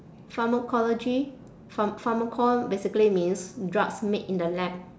pharmacology pharm~ pharmacol~ basically means drugs made in the lab